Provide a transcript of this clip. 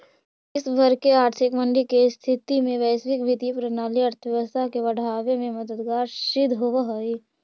विश्व भर के आर्थिक मंदी के स्थिति में वैश्विक वित्तीय प्रणाली अर्थव्यवस्था के बढ़ावे में मददगार सिद्ध होवऽ हई